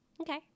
okay